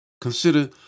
Consider